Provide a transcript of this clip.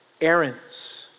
errands